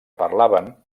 parlaven